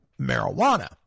marijuana